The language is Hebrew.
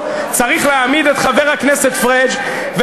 אל תכניס לי מילים לפה,